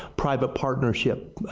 private partnership.